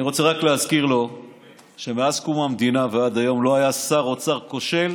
אני רוצה רק להזכיר לו שמאז קום המדינה ועד היום לא היה שר אוצר כושל